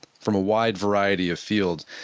from a wide variety of fields.